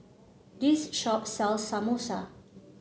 this shop sells Samosa